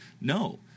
No